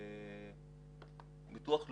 ביטוח לאומי,